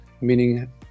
meaning